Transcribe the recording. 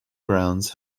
grounds